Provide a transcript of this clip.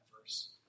verse